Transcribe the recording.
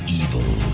evil